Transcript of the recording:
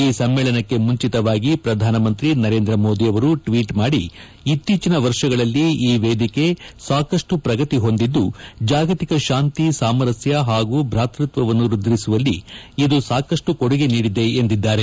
ಈ ಸಮ್ಮೇಳನಕ್ಕೆ ಮುಂಚಿತವಾಗಿ ಪ್ರಧಾನಮಂತ್ರಿ ನರೇಂದ್ರ ಮೋದಿ ಅವರು ಟ್ವೀಟ್ ಮಾದಿ ಇತ್ತೀಚಿನ ವರ್ಷಗಳಲ್ಲಿ ಈ ವೇದಿಕೆ ಸಾಕಷ್ಟು ಪ್ರಗತಿ ಹೊಂದಿದ್ದು ಜಾಗತಿಕ ಶಾಂತಿ ಸಾಮರಸ್ಯ ಹಾಗೂ ಭಾತೃತ್ವವನ್ನು ವೃದ್ಧಿಸುವಲ್ಲಿ ಇದು ಸಾಕಷ್ಟು ಕೊಡುಗೆ ನೀದಿದೆ ಎಂದಿದ್ದಾರೆ